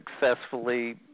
successfully